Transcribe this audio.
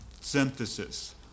synthesis